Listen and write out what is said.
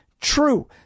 true